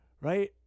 right